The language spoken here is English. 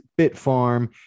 Bitfarm